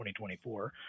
2024